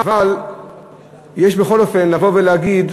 אבל יש בכל אופן לבוא ולהגיד,